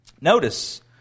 Notice